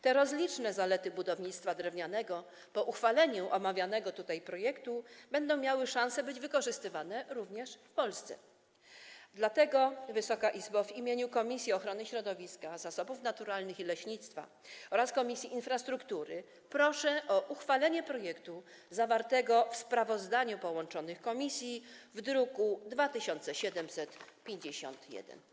Te rozliczne zalety budownictwa drewnianego po uchwaleniu omawianego tutaj projektu będą miały szansę być wykorzystywane również w Polsce, dlatego, Wysoka Izbo, w imieniu Komisji Ochrony Środowiska, Zasobów Naturalnych i Leśnictwa oraz Komisji Infrastruktury proszę o uchwalenie projektu zawartego w sprawozdaniu połączonych komisji w druku nr 2751.